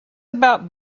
about